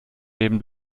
leben